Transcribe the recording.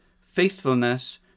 faithfulness